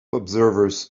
observers